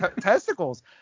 Testicles